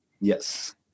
Yes